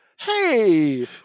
Hey